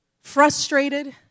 Frustrated